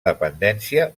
dependència